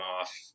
off